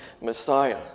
Messiah